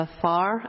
far